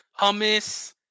Hummus